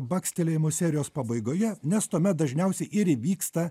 bakstelėjimu serijos pabaigoje nes tuomet dažniausiai ir įvyksta